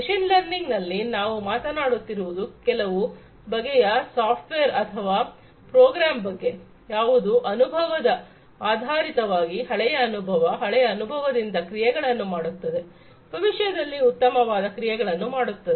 machine ಲರ್ನಿಂಗ್ನಲ್ಲಿ ನಾವು ಮಾತನಾಡುತ್ತಿರುವುದು ಕೆಲವು ಬಗೆಯ ಸಾಫ್ಟ್ವೇರ್ ಅಥವಾ ಪ್ರೋಗ್ರಾಮ್ ಬಗ್ಗೆ ಯಾವುದು ಅನುಭವದ ಆಧಾರಿತವಾಗಿ ಹಳೆಯ ಅನುಭವ ಹಳೆಯ ಅನುಭವದಿಂದ ಕ್ರಿಯೆಗಳನ್ನು ಮಾಡುತ್ತದೆ ಭವಿಷ್ಯದಲ್ಲಿ ಉತ್ತಮವಾದ ಕ್ರಿಯೆಗಳನ್ನು ಮಾಡುತ್ತದೆ